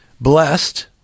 blessed